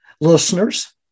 listeners